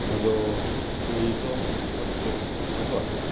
म्हजो पयलीचो पत्तो असो आसा